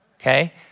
okay